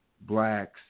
blacks